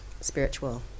spiritual